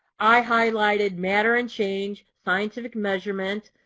i highlighted matter and change, scientific measurements,